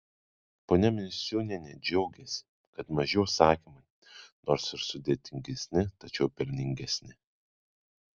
ponia misiūnienė džiaugiasi kad maži užsakymai nors ir sudėtingesni tačiau pelningesni